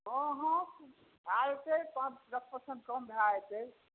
हँ हँ भए जेतै पाँच दस परसेंट कम भए जेतै